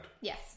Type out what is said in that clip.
Yes